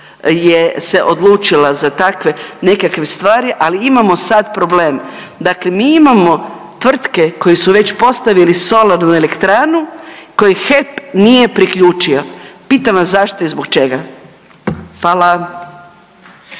je se odlučila za takve nekakve stvari, ali imamo sad problem. Dakle, mi imamo tvrtke koje su već postavili solarnu elektranu koji HEP nije priključio pitam vas zašto i zbog čega? Hvala.